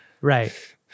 Right